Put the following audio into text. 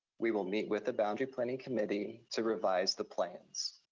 we will meet with the boundary planning committee to revise the plans.